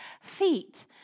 feet